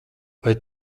vai